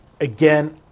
Again